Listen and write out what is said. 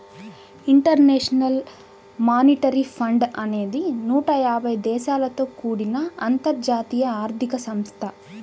international monetary fund అనేది నూట తొంబై దేశాలతో కూడిన అంతర్జాతీయ ఆర్థిక సంస్థ